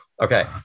Okay